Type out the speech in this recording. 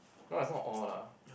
no it's not all lah